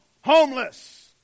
homeless